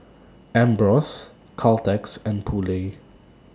Ambros Caltex and Poulet